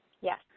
Yes